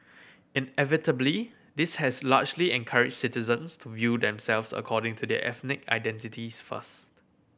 inevitably this has largely encourage citizens to view themselves according to their ethnic identities first